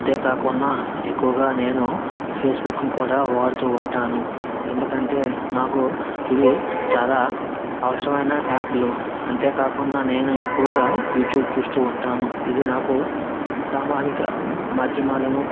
అంతే కాకుండా ఎక్కువగా నేను ఫేస్బుక్ను కూడా వాడుతూ ఉంటాను ఎందుకంటే నాకు ఇవి చాలా అవసరమైన యాప్లు అంతేకాకుండా నేను ఎక్కువగా యూట్యూబ్ చూస్తూ ఉంటాను ఇది నాకు సామానిక మాధ్యమాలను